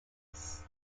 tests